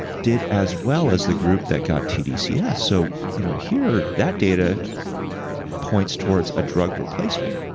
did as well as the group that got tdcs so you know here, that data points towards a drug replacement.